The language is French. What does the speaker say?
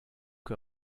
que